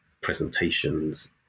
presentations